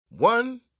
One